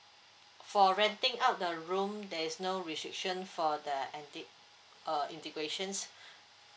for renting out the room there is no restriction for the ethnic uh integrations